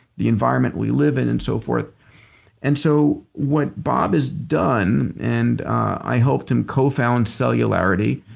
the environment we live in and so forth and so what bob has done and i helped him co-found cellularity.